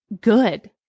good